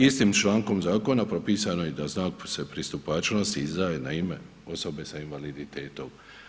Istim člankom zakona propisano je da znaku se pristupačnosti izdaje na ime osobe sa invaliditetom.